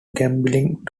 gambling